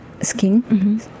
Skin